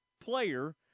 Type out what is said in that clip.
player